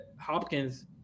Hopkins